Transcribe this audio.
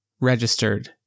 registered